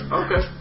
okay